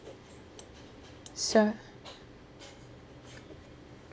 sure